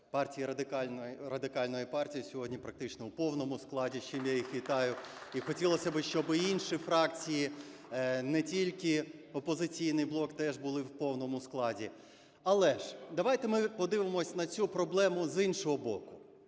фракція Радикальної партії сьогодні практично у повному складі, з чим я їх вітаю. І хотілося б, щоби інші фракції, не тільки "Опозиційний блок", теж були в повному складі. Але ж, давайте ми подивимось на цю проблему з іншого боку.